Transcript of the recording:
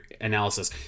analysis